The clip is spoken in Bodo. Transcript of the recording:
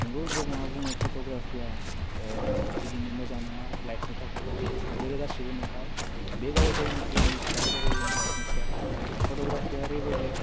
नंगौ गोबाङा बुङो फट'ग्राफिया बिदिनो मोजां नङा लाइभनि थाखाय बेफोरो गासिबो नंखाय बे गाव गावनि एमनि सायाव गाव गावनि लाइभनि सायाव फट'ग्राफिया ओरैबायदि